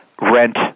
rent